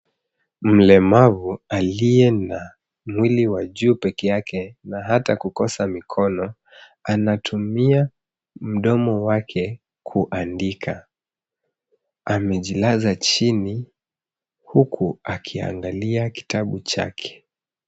Mlemavu aliye na mwili wa juu pekee yake na hata kukosa mikono anatumia mdomo wake kuandika. Amejilaza chini huku akiangalia kitabu chake.